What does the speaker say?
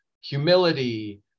humility